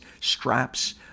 straps